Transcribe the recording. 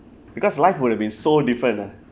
because life would have been so different ah